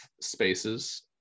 spaces